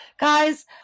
guys